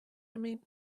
mean